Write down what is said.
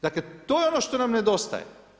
Dakle, to je no što nam nedostaje.